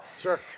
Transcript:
Sure